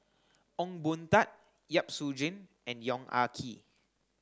Ong Boon Tat Yap Su Yin and Yong Ah Kee